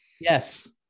Yes